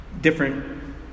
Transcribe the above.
different